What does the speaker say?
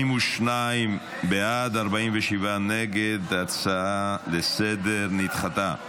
42 בעד, 47 נגד, הצעה לסדר-היום נדחתה.